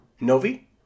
Novi